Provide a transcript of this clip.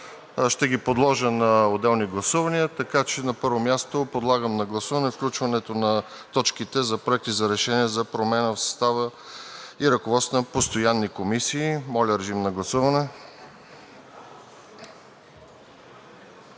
Ще ги подложа на отделни гласувания. На първо място подлагам на гласуване включването на точките за проекти на решения за промяна в състава и ръководството на постоянни комисии. Гласували